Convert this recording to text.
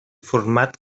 format